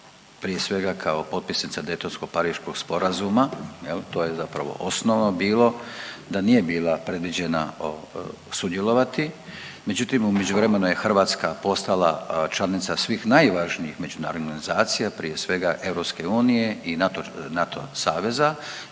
prije svega kao potpisnica Daytonsko-pariškog sporazuma jel to je zapravo osnovno bilo da nije bila predviđena sudjelovati. Međutim, u međuvremenu je Hrvatska postala članica svih najvažnijih međunarodnih organizacija prije svega EU i NATO saveza